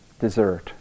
dessert